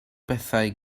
bethau